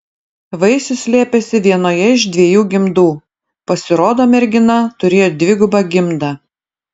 vaisius slėpėsi vienoje iš dviejų gimdų pasirodo mergina turėjo dvigubą gimdą